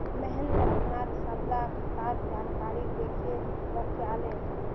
महेंद्र अपनार सबला खातार जानकारी दखे रखयाले